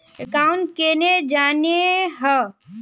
Account केना जाननेहव?